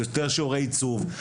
יותר שיעורי עיצוב,